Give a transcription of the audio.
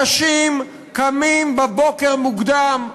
אנשים קמים בבוקר מוקדם,